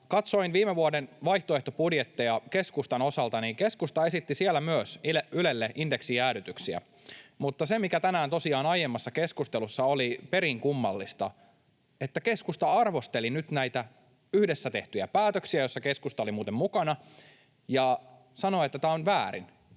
katsoin viime vuoden vaihtoehtobudjetteja keskustan osalta, niin keskusta esitti siellä myös Ylelle indeksijäädytyksiä, mutta se, mikä tänään tosiaan aiemmassa keskustelussa oli perin kummallista, oli että keskusta arvosteli nyt näitä yhdessä tehtyjä päätöksiä — joissa keskusta oli muuten mukana — ja sanoi, että tämä on väärin.